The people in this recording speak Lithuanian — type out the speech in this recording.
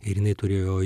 ir jinai turėjo